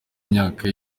imyaka